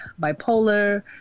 bipolar